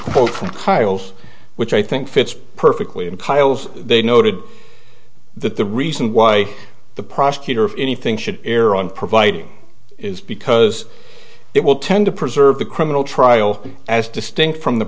files which i think fits perfectly in piles they noted that the reason why the prosecutor if anything should err on providing is because it will tend to preserve the criminal trial as distinct from the